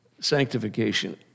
Sanctification